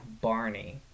Barney